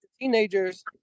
teenagers